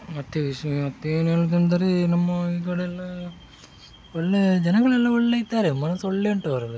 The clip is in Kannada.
ಮತ್ತೆ ವಿಷಯ ಮತ್ತೇನು ಹೇಳೋದೆಂದರೆ ನಮ್ಮ ಈಕಡೆಲ್ಲ ಒಳ್ಳೆಯ ಜನಗಳೆಲ್ಲ ಒಳ್ಳೆ ಇದ್ದಾರೆ ಮನಸ್ಸೊಳ್ಳೆ ಉಂಟು ಅವ್ರದ್ದು